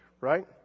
right